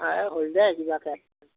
এই হৈ যায় কিবাকে